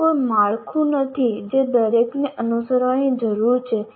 ત્યાં કોઈ માળખું નથી જે દરેકને અનુસરવાની જરૂર છે